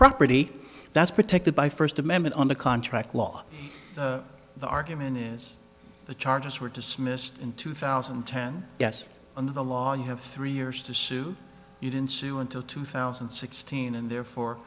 property that's protected by first amendment under contract law the argument is the charges were dismissed in two thousand and ten yes under the law you have three years to sue you didn't sue until two thousand and sixteen and therefore